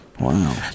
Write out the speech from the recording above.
Wow